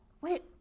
wait